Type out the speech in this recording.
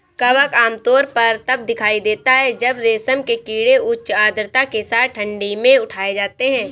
कवक आमतौर पर तब दिखाई देता है जब रेशम के कीड़े उच्च आर्द्रता के साथ ठंडी में उठाए जाते हैं